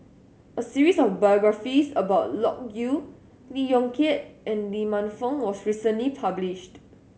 a series of biographies about Loke Yew Lee Yong Kiat and Lee Man Fong was recently published